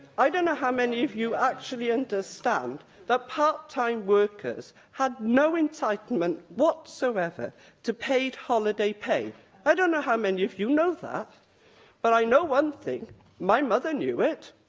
i don't know how many of you actually understand that part-time workers had no entitlement whatsoever to paid holiday pay don't know how many of you know that but i know one thing my mother knew it,